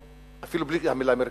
אפילו בלי המלה מרכזיים,